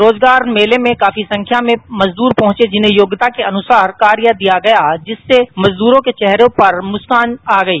रोजगार मेले में काफी संख्या में मजदूर पहुंचे जिन्हें योग्यता के अनुसार कार्य दिया गया जिससे मजदूरो के चेहरों पर मुस्कान आ गई